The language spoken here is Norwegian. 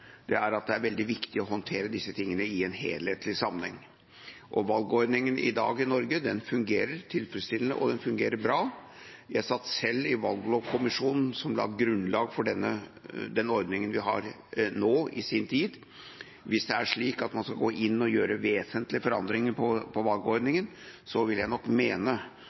det er at det er veldig viktig å håndtere disse tingene i en helhetlig sammenheng. Og valgordninga i Norge i dag fungerer tilfredsstillende, og den fungerer bra. Jeg satt i sin tid selv i Valglovkommisjonen som la grunnlaget for den ordninga vi har nå. Hvis det er slik at man skal gå inn og gjøre vesentlige forandringer i valgordninga, vil jeg nok mene